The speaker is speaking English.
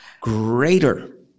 greater